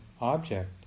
object